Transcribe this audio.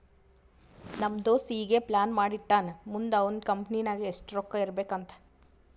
ನಮ್ ದೋಸ್ತ ಈಗೆ ಪ್ಲಾನ್ ಮಾಡಿ ಇಟ್ಟಾನ್ ಮುಂದ್ ಅವಂದ್ ಕಂಪನಿ ನಾಗ್ ಎಷ್ಟ ರೊಕ್ಕಾ ಇರ್ಬೇಕ್ ಅಂತ್